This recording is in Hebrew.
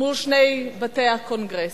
מול שני בתי הקונגרס.